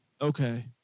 Okay